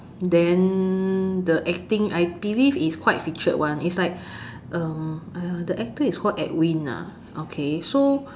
then the acting I believe is quite featured [one] is like um uh the actor is called Edwin lah okay so